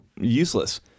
useless